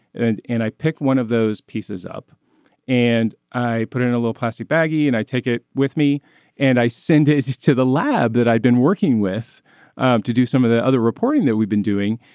and and i picked one of those pieces up and i put it in a little plastic baggie and i take it with me and i send it to the lab that i'd been working with um to do some of the other reporting that we've been doing.